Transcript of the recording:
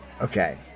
Okay